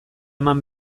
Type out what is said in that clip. eman